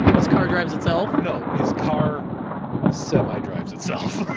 is, car drives itself? no, is car semi-drives itself.